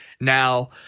Now